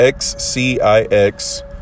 XCIX